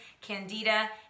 candida